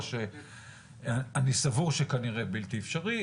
מה שאני סבור שהוא כנראה בלתי אפשרי,